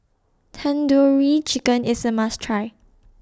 Tandoori Chicken IS A must Try